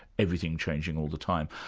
everything changing all the time.